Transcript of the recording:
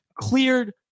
cleared